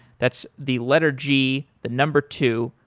that's the letter g, the number two,